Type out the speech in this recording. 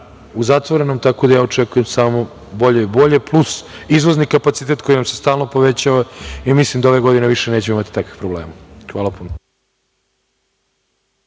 u zatvorenom, tako da ja očekujem samo bolje i bolje, plus izvozni kapacitet koji vam se stalno povećava i mislim da ove godine više nećemo imati takvih problema. Hvala puno.